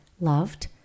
loved